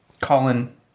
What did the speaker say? Colin